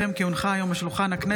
כי הונחה היום על שולחן הכנסת,